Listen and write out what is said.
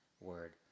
word